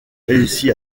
réussi